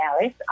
Alice